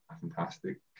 fantastic